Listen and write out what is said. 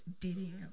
dating